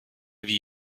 wie